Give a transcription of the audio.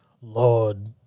Lord